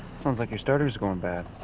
sounds like your starter's going bad.